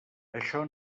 això